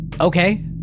okay